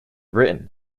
written